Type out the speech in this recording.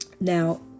Now